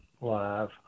live